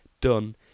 done